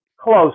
close